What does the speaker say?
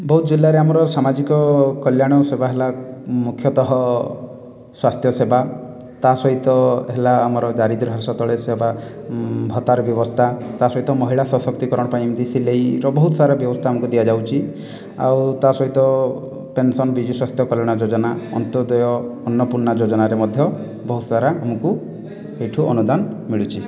ବଉଦ ଜିଲ୍ଲାରେ ଆମର ସାମାଜିକ କଲ୍ୟାଣ ସେବା ହେଲା ମୁଖ୍ୟତଃ ସ୍ଵାସ୍ଥ୍ୟସେବା ତା' ସହିତ ହେଲା ଆମର ଦାରିଦ୍ର ହ୍ରାସ ତଳେ ସେବା ଭତ୍ତାର ବ୍ୟବସ୍ଥା ତା' ସହିତ ମହିଳା ସଶକ୍ତିକରଣ ପାଇଁ ଏମିତି ସିଲେଇର ବହୁତ ସାରା ବ୍ୟବସ୍ତା ଆମକୁ ଦିଆଯାଉଛି ଆଉ ତା' ସହିତ ପେନସନ ବିଜୁ ସ୍ୱାସ୍ଥ୍ୟ କଲ୍ୟାଣ ଯୋଜନା ଅନ୍ତୋଦୟ ଅନ୍ନପୂର୍ଣ୍ଣା ଯୋଜନାରେ ମଧ୍ୟ ବହୁତ ସାରା ଆମକୁ ଏଇଠୁ ଅନୁଦାନ ମିଳୁଛି